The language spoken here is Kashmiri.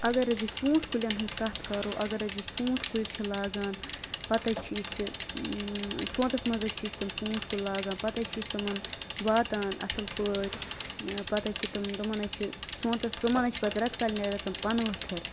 اگر أزِس ژوٗنٛٹھۍ کُلیٚن ہٕنٛز کتھ کرو اگر أزِس ژوٗنٛٹھۍ کُلۍ چھِ لاگان پتے چھ یُس تم سونتَس مَنٛز یُس تم لاگان پتے چھِ أسۍ تِمَن واتان اصل پٲٹھۍ پتے چھِ تِم تمن ہے چھِ سونتس تمنے چھِ پتہ ریٚتہ کالہِ نیران تِم پنہ ؤتھٕر